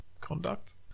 conduct